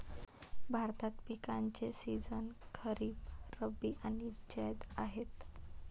भारतात पिकांचे सीझन खरीप, रब्बी आणि जैद आहेत